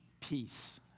peace